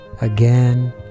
Again